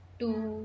two